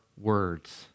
words